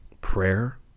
Prayer